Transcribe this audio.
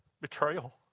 Betrayal